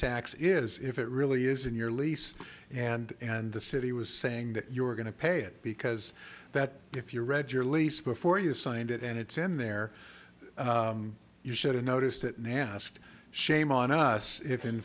tax is if it really is in your lease and and the city was saying that you were going to pay it because that if you read your lease before you signed it and it's in there you should have noticed it and asked shame on us if in